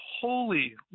holy